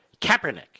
Kaepernick